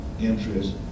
interest